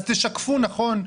אז תשקפו נכון,